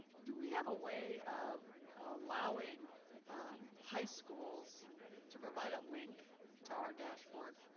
do we have a way of allowing high schools to provide a link to our dashboard?